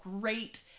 great